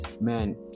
man